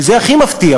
שזה הכי מפתיע,